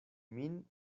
min